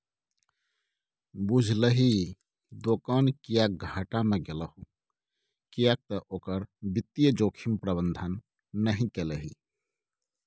बुझलही दोकान किएक घाटा मे गेलहु किएक तए ओकर वित्तीय जोखिम प्रबंधन नहि केलही